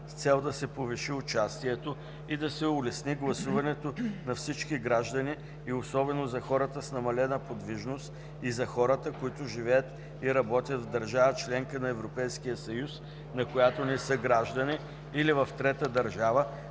с цел да се повиши участието и да се улесни гласуването на всички граждани и особено за хората с намалена подвижност и за хората, които живеят и работят в държава – членка на Европейския съюз, на която не са граждани, или в трета държава,